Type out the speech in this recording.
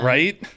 Right